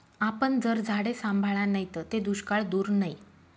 आपन जर झाडे सांभाळा नैत ते दुष्काळ दूर नै